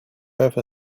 ever